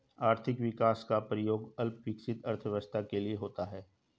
आर्थिक विकास का प्रयोग अल्प विकसित अर्थव्यवस्था के लिए होता है